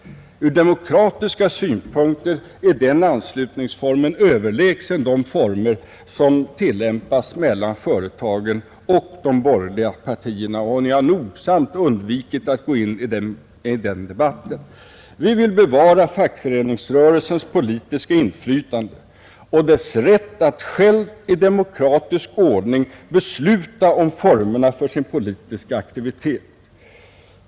Ur demokratiska synpunkter är den anslutningsformen överlägsen de former som tillämpas mellan företagen och de borgerliga partierna. Ni har nogsamt undvikit att gå in i den debatten. Vi vill bevara fackföreningsrörelsens politiska inflytande och dess rätt att själv i demokratisk ordning besluta om formerna för sin politiska aktivitet.